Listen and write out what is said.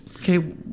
okay